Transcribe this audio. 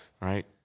Right